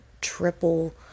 triple